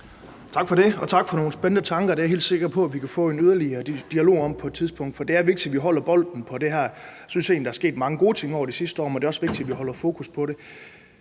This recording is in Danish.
Tak for det, og tak for nogle spændende tanker. Det er jeg helt sikker på at vi kan få en yderligere dialog om på et tidspunkt, for det er vigtigt, at vi holder bolden i luften på det her. Jeg synes egentlig, at der er sket mange gode ting hen over det sidste år, men det er også vigtigt, at vi holder fokus på det.